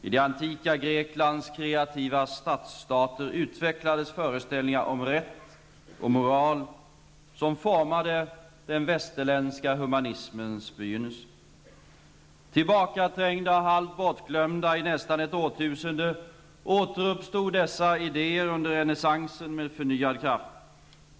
I det antika Greklands kreativa stadsstater utvecklades föreställningar om rätt och moral som formade den västerländska humanismens begynnelse. Tillbakaträngda och halvt bortglömda i nästan ett årtusende återuppstod dessa idéer under renässansen med förnyad kraft.